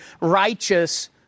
righteous